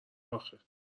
آخه